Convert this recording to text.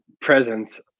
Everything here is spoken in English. presence